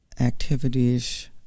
Activities